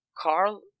Carl